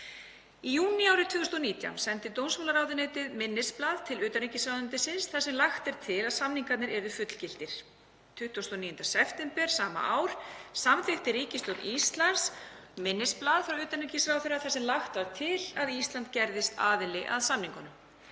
Í júní árið 2019 sendi dómsmálaráðuneytið minnisblað til utanríkisráðuneytisins þar sem lagt er til að samningarnir verði fullgiltir. 29. september sama ár samþykkti ríkisstjórn Íslands minnisblað frá utanríkisráðherra þar sem lagt var til að Ísland gerðist aðili að samningunum.